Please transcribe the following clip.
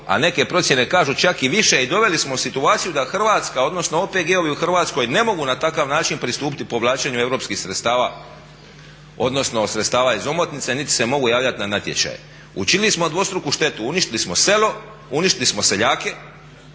a neke procjene kažu čak i više i doveli smo u situaciju da Hrvatska odnosno OPG-ovi u Hrvatskoj ne mogu na takav način pristupiti povlačenju europskih sredstava odnosno sredstava iz omotnice niti se mogu javljati na natječaje. Učinili smo dvostruku štetu, uništili smo selo, uništili smo seljake